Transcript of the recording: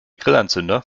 grillanzünder